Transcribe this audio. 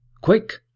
quick